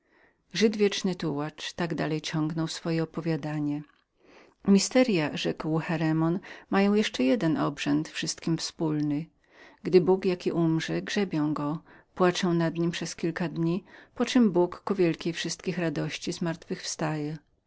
żyd wieczny tułacz tak dalej ciągnął swoje opowiadanie tajemnice rzekł cheremon mają jeszcze jedną uroczystość wszystkim wspólną gdy bóg jaki umrze grzebią go płaczą nad nim przez kilka dni poczem bóg z wielką wszystkich radością zmartwychwstaje